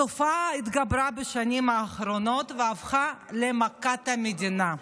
התופעה התגברה בשנים האחרונות והפכה למכת מדינה.